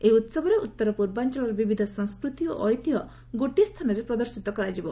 ଏହି ଉତ୍ସବରେ ଉତ୍ତର ପୂର୍ବାଞ୍ଚଳର ବିବିଧ ସଂସ୍କୃତି ଓ ଐତିହ୍ୟ ଗୋଟିଏ ସ୍ଥାନରେ ପ୍ରଦର୍ଶିତ କରାଯିବ